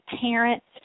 parents